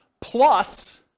plus